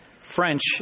French